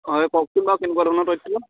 অঁ এই কওকচোন বাৰু কেনেকুৱা ধৰণৰ তথ্য